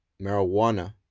marijuana